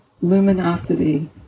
luminosity